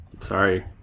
sorry